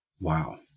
Wow